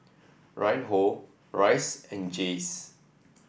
Reinhold Rhys and Jayce